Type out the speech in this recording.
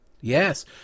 Yes